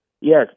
yes